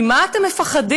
ממה אתם מפחדים?